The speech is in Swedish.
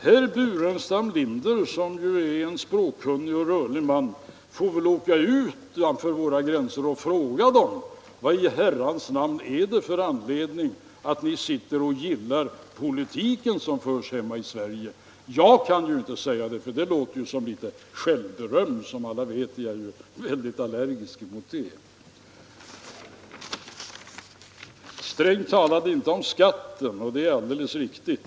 Herr Burenstam Linder, som ju är en språkkunnig och rörlig man, får väl åka ut och fråga i dessa länder: Vad i herrans namn är anledningen till att ni gillar den politik som förs hemma i Sverige? Jag kan ju inte svara på den frågan, för det skulle ju verka som självberöm. Som alla vet är jag väldigt allergisk mot det. Sträng talade inte om skatten, sade herr Burenstam Linder. Det är alldeles riktigt.